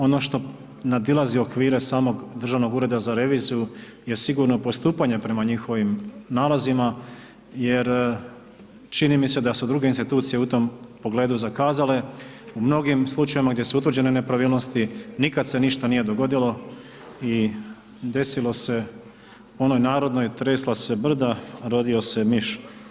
Ono što nadilazi okvire samog Državnog ureda za reviziju jer sigurno postupanje prema njihovim nalazima jer čini mi se da su druge institucije u tom pogledu zakazale, u mnogim slučajevima gdje su utvrđene nepravilnosti, nikad se ništa nije dogodilo i desilo se onoj narodnoj tresla se brda, rodio se miš.